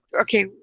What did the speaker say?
Okay